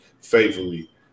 faithfully